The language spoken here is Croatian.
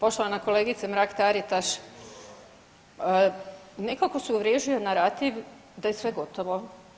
Poštovana kolegice Mrak-Taritaš nekako se uvriježio narativ da je sve gotovo.